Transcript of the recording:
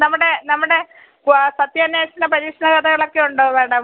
നമ്മുടെ നമ്മുടെ സത്യാന്വേഷണ പരീക്ഷണ കഥകളൊക്കെയുണ്ടോ മാഡം